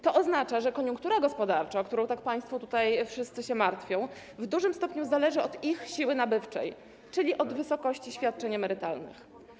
To oznacza, że koniunktura gospodarcza, o którą tak tutaj wszyscy państwo się martwią, w dużym stopniu zależy od ich siły nabywczej, czyli od wysokości świadczeń emerytalnych.